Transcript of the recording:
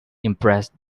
impressed